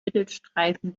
mittelstreifen